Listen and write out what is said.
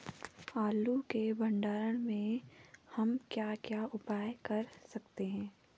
आलू के भंडारण में हम क्या क्या उपाय कर सकते हैं?